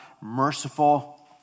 merciful